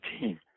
team